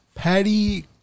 Patty